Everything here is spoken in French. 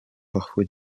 parfois